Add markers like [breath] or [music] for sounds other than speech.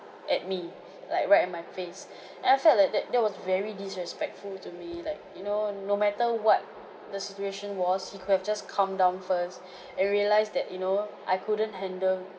at me [breath] like right at my face [breath] and I felt like that that was very disrespectful to me like you know no matter what the situation was he could have just calmed down first [breath] and realise that you know I couldn't handle